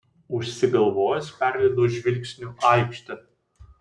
užsigalvojęs perleidau žvilgsniu aikštę